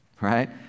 right